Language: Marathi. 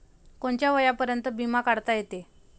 कोनच्या वयापर्यंत बिमा काढता येते?